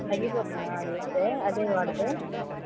తగ్గిపోతుందా అదివేస్తే అదే వాడితే